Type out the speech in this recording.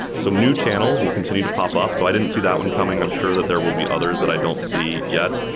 so new channels will continue to pop up. so i didn't see that one coming. i'm sure that there will be others that i don't see yet.